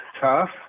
tough